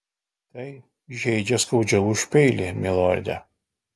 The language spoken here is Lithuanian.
tai žeidžia skaudžiau už peilį milorde